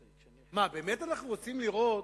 מה, באמת אנחנו רוצים לראות